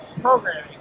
programming